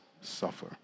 suffer